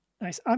Nice